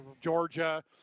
Georgia